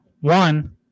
One